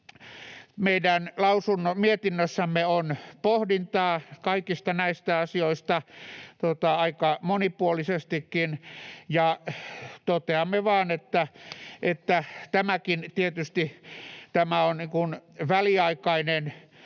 Meidän mietinnössämme on pohdintaa kaikista näistä asioista aika monipuolisestikin, ja toteamme vain, että tämäkin tietysti on väliaikainen